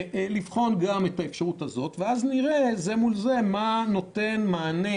לבחון גם את האפשרות הזאת ואז נראה זה מול זה מה נותן מענה